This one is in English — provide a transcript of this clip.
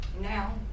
Now